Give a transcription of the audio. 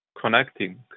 connecting